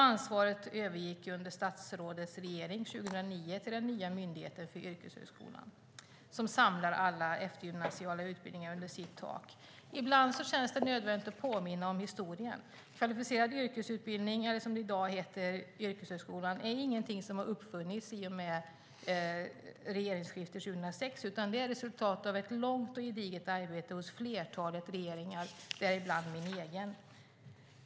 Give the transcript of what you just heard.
Ansvaret övergick under statsrådets regering 2009 till den nya Myndigheten för yrkeshögskolan som samlar alla eftergymnasiala utbildningar under sitt tak. Ibland känns det nödvändigt att påminna om historien. Kvalificerad yrkesutbildning - som i dag heter yrkeshögskolan - är ingenting som har uppfunnits i och med regeringsskiftet 2006, utan det är resultatet av ett långt och gediget arbete av flertalet regeringar, däribland min egen.